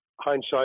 Hindsight